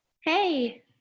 hey